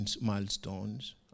milestones